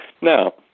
Now